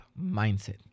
mindset